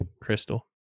crystal